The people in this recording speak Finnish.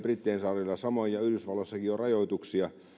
brittein saarilla samoin ja yhdysvalloissakin on rajoituksia